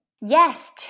Yes